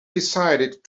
decided